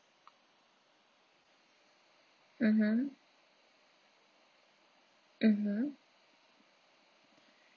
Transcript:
mmhmm mmhmm